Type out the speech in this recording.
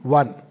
one